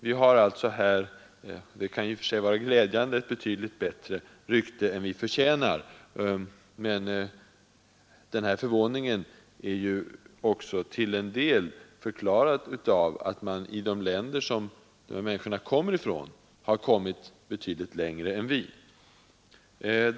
Vi har alltså, och det kan i och för sig vara glädjande, ett betydligt bättre rykte än vi förtjänar. Men förvåningen förklaras också av att man i de länder som dessa människor kommer ifrån, har nått betydligt längre än vi.